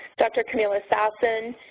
so dr. comilla sasson,